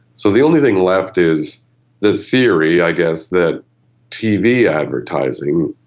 so the only thing left is the theory i guess that tv advertising,